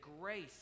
grace